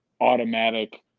automatic